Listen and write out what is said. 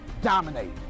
dominate